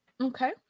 okay